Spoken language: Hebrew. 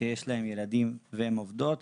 שיש להן ילדים והן עובדות,